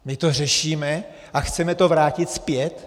My to řešíme a chceme to vrátit zpět?